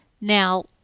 now